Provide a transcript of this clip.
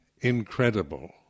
Incredible